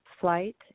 flight